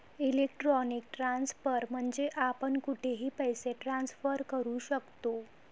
electronic transfer म्हणजे आपण कुठेही पैसे ट्रान्सफर करू शकतो